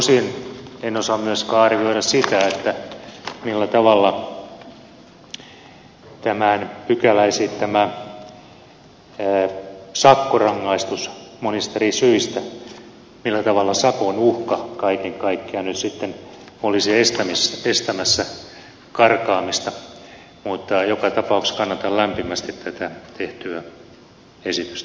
tosin en osaa arvioida sitä millä tavalla tämän pykälän esittämä sakkorangaistus monista eri syistä millä tavalla sakon uhka kaiken kaikkiaan nyt sitten olisi estämässä karkaamista mutta joka tapauksessa kannatan lämpimästi tätä tehtyä esitystä